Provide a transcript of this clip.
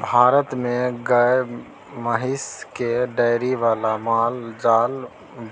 भारत मे गाए महिष केँ डेयरी बला माल जाल